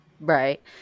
Right